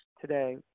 today